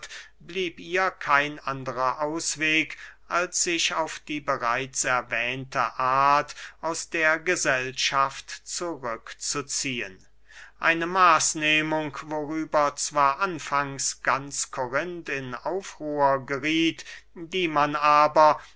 blieb ihr kein anderer ausweg als sich auf die bereits erwähnte art aus der gesellschaft zurückzuziehen eine maßnehmung worüber zwar anfangs ganz korinth in aufruhr gerieth die man aber